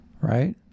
right